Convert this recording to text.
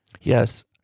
Yes